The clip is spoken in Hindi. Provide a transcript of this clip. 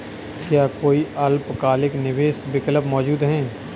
क्या कोई अल्पकालिक निवेश विकल्प मौजूद है?